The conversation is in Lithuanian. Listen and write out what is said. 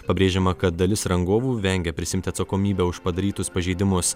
pabrėžiama kad dalis rangovų vengia prisiimti atsakomybę už padarytus pažeidimus